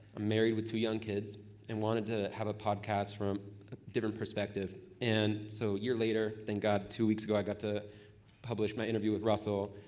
i'm married with two young kids and wanted to have a podcast from a different perspective and so a year later, thank god, two weeks ago i got to publish my interview with russell,